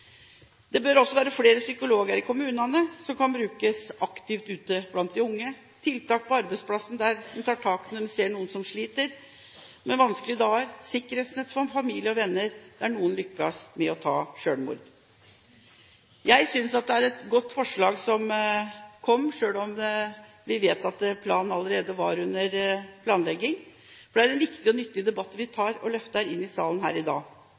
Det bør være flere psykologer i kommunene, som kan brukes aktivt ute blant de unge, og tiltak på arbeidsplassen, der en tar tak når en ser noen som sliter med vanskelige dager, og vi må ha sikkerhetsnett for familie og venner der noen lykkes med å ta selvmord. Jeg synes det er et godt forslag som kom, selv om vi vet at planen allerede var under planlegging. For det er en viktig og nyttig debatt som vi løfter inn i salen her i dag.